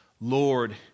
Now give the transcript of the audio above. Lord